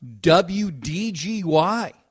WDGY